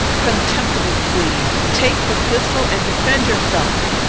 contemptible plea! take the pistol and defend yourself.